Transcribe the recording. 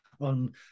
on